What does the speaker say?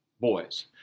boys